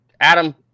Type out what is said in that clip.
Adam